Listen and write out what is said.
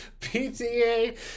pta